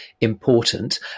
important